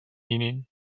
meaning